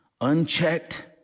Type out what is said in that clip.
unchecked